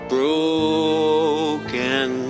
Broken